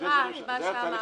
מסבירה את מה שאמרתי.